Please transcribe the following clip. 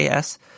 KS